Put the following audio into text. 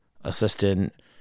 assistant